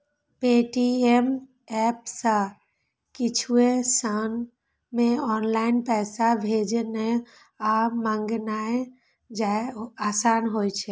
Paytm app सं किछुए क्षण मे ऑनलाइन पैसा भेजनाय आ मंगेनाय आसान होइ छै